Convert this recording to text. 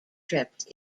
trips